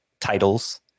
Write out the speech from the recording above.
titles